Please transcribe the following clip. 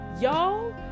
y'all